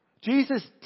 Jesus